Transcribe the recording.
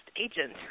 agent